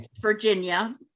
Virginia